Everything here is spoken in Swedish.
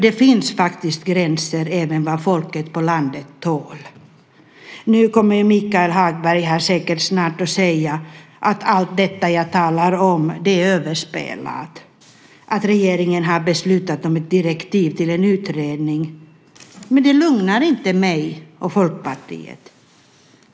Det finns faktiskt gränser även för vad folket på landet tål. Nu kommer säkert Michael Hagberg snart att säga att allt det jag talar om är överspelat och att regeringen har beslutat om ett direktiv till en utredning, men det lugnar inte mig och Folkpartiet.